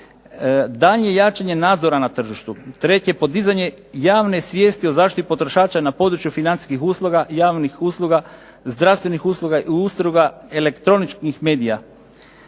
daljnje jačanje nadzora na tržištu. Treće, podizanje javne svijesti o zaštiti potrošača na području financijskih usluga, javnih usluga, zdravstvenih usluga, elektroničkih medija.